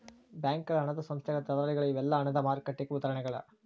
ಬ್ಯಾಂಕಗಳ ಹಣದ ಸಂಸ್ಥೆಗಳ ದಲ್ಲಾಳಿಗಳ ಇವೆಲ್ಲಾ ಹಣದ ಮಾರುಕಟ್ಟೆಗೆ ಉದಾಹರಣಿಗಳ